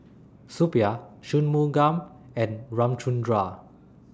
Suppiah Shunmugam and Ramchundra